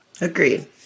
Agreed